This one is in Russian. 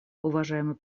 уважаемый